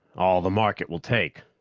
all the market will take.